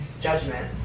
judgment